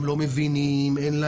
לא מבינים,